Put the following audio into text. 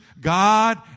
god